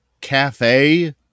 cafe